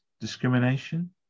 discrimination